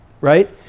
right